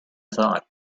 thought